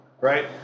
right